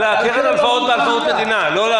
על הקרן בערבות מדינה.